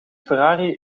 ferrari